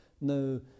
no